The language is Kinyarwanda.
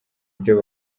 byo